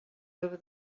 over